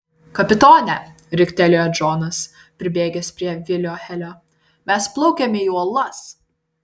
kapitone riktelėjo džonas pribėgęs prie vilio helio mes plaukiame į uolas